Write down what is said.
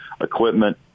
equipment